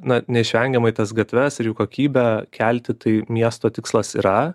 na neišvengiamai tas gatves ir jų kokybę kelti tai miesto tikslas yra